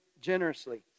generously